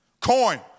Coin